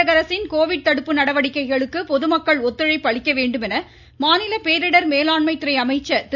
தமிழக அரசின் கோவிட் தடுப்பு நடவடிக்கைகளுக்கு பொதுமக்கள் ஒத்துழைப்பு அளிக்க வேண்டும் என மாநில பேரிடர் மேலாண்மை துறை அமைச்சர் திரு